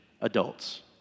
adults